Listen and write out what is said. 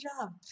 job